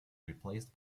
replaced